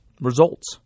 results